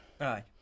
Aye